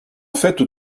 faites